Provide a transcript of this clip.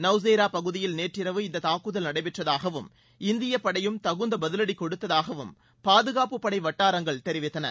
நௌஸேரா பகுதியில் நேற்றிரவு இந்த தாக்குதல் நடைபெற்றதாகவும் இந்தியப் படையும் தகுந்த பதிலடி கொடுத்ததாகவும் பாதுகாப்புப் படை வட்டாரங்கள் தெரிவித்தன